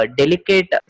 delicate